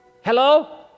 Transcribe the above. Hello